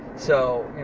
so,